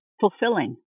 fulfilling